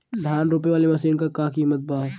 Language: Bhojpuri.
धान रोपे वाली मशीन क का कीमत बा?